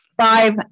five